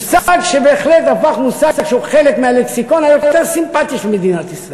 מושג שבהחלט הפך מושג שהוא חלק מהלקסיקון היותר-סימפתי של מדינת ישראל.